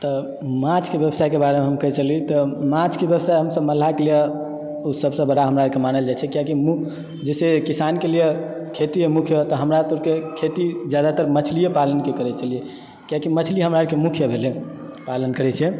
तऽ माछ के व्यवसाय के बारे मे हम कहे छली तऽ माछ के व्यवसाय हमसब मल्लाह के लिए ओ सबसे बड़ा हमरा अरके मानल जाइ छै कियाकि मुख जाहिसॅं किसान के लिए खेती मुख्य हमरा सबके खेती जादातर मछलीए पालन के करै छलिए कियाकि मछली हमरा आरके मुख्य भेलै पालन करै छै